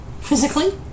physically